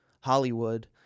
Hollywood